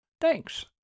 Thanks